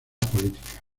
política